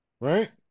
right